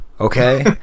okay